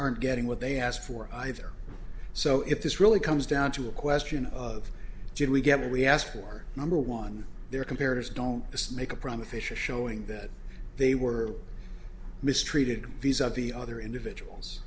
aren't getting what they asked for either so if this really comes down to a question of did we get it we asked for number one there compares don't just make a promise fischer showing that they were mistreated these are the other individuals